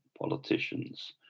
politicians